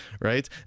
Right